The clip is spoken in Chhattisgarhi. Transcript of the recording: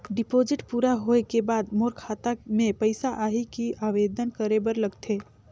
डिपॉजिट पूरा होय के बाद मोर खाता मे पइसा आही कि आवेदन करे बर लगथे?